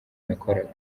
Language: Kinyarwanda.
nakoraga